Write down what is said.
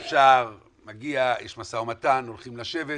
הוא אושר, מגיע, יש משא ומתן, הולכים לשבת,